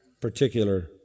particular